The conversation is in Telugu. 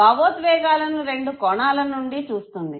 భావోద్వేగాలను రెండు కోణాలనుండి చూస్తుంది